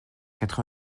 quatre